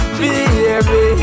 baby